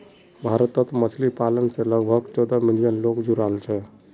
भारतत मछली पालन स लगभग चौदह मिलियन लोग जुड़ाल छेक